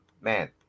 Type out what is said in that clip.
Man